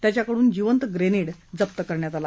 त्याच्याकडून जिंवत ग्रेनेड जप्त करण्यात आला